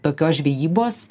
tokios žvejybos